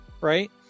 Right